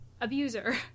abuser